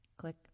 Click